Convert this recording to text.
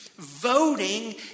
voting